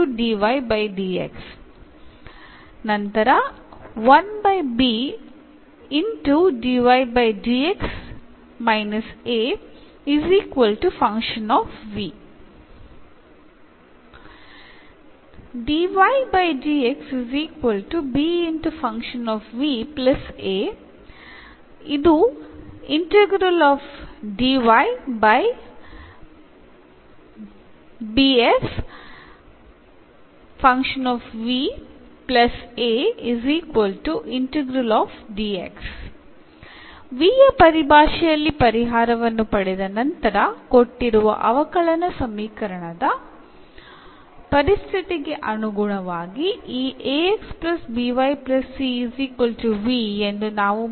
യുടെ അടിസ്ഥാനത്തിൽ നമുക്ക് സൊലൂഷൻ ലഭിച്ചതിന് ശേഷം എന്ന് തിരിച്ചു സബ്സ്റ്റിറ്റ്യൂട്ട് ചെയ്തു നമുക്ക് നൽകിയിരിക്കുന്ന ഡിഫറൻഷ്യൽ സമവാക്യത്തിന്റെ ഫൈനൽ സൊല്യൂഷൻ യുടെ അടിസ്ഥാനത്തിൽ നമുക്ക് വീണ്ടും എഴുതാം